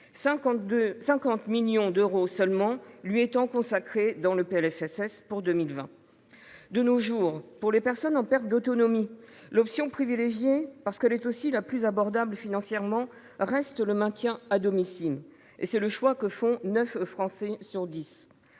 50 millions d'euros, seulement, lui est consacrée dans le PLFSS pour 2020. De nos jours, pour les personnes en perte d'autonomie, l'option privilégiée, parce qu'elle est aussi la plus abordable financièrement, reste le maintien à domicile. C'est le choix que font neuf Français sur dix.